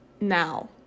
now